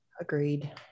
Agreed